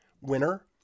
winner